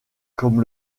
comme